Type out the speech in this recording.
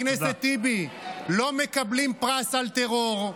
חבר הכנסת טיבי, לא מקבלים פרס על טרור.